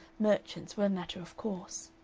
merchants were a matter of course.